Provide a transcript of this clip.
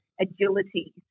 agility